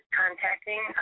contacting